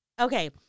okay